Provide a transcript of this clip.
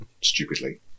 stupidly